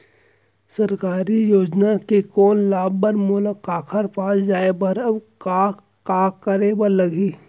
सरकारी योजना के लाभ बर मोला काखर पास जाए बर अऊ का का करे बर लागही?